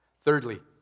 Thirdly